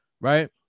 Right